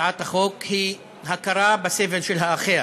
הצעת החוק היא הכרה בסבל של האחר.